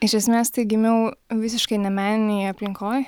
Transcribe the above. iš esmės tai gimiau visiškai ne meninėje aplinkoj